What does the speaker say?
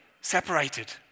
separated